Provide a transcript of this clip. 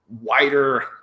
wider